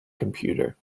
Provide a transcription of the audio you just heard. computer